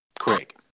Craig